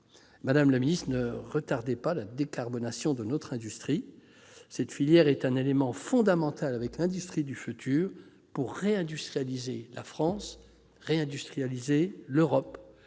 Madame la secrétaire d'État, ne retardez pas la décarbonation de notre industrie. Cette filière est un élément fondamental, avec l'industrie du futur, pour réindustrialiser la France, pour réindustrialiser l'Europe.